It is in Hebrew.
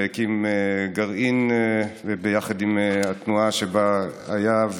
הוא הקים גרעין יחד עם התנועה שבה היה,